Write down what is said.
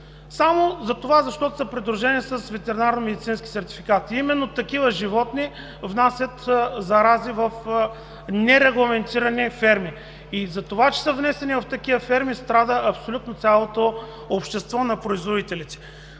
само защото са придружени с ветеринарномедицински сертификати? Именно такива животни внасят зарази в нерегламентирани ферми, а за това че са внесени в такива ферми, страда абсолютно цялото общество на производителите.